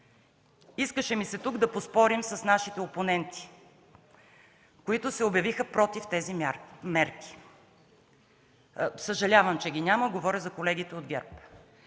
Искаше ми се тук да поспорим с нашите опоненти, които се обявиха против тези мерки. Съжалявам, че ги няма – говоря за колегите от ГЕРБ.